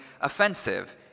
offensive